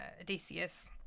Odysseus